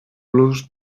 los